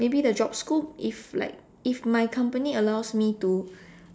maybe the job scope if like if my company allows me to